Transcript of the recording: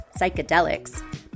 psychedelics